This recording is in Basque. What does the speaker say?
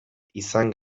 izan